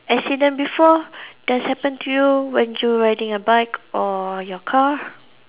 accident before that's happen to you when you riding a bike or your car